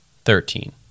thirteen